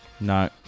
No